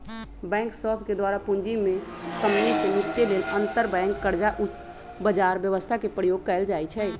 bank सभके द्वारा पूंजी में कम्मि से निपटे लेल अंतरबैंक कर्जा बजार व्यवस्था के प्रयोग कएल जाइ छइ